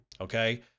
okay